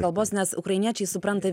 kalbos nes ukrainiečiai supranta